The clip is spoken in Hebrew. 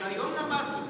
שהיום למדנו